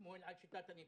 שמואל, על שיטת הניקוד.